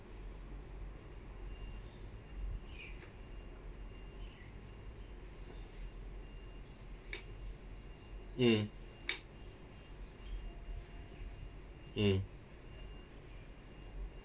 mm mm